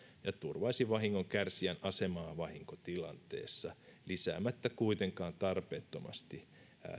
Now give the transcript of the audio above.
ja turvaisi vahingonkärsijän asemaa vahinkotilanteessa lisäämättä kuitenkaan tarpeettomasti